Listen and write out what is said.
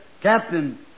Captain